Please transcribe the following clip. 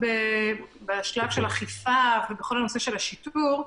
בשלב של אכיפה ובכל הנושא של השיטור.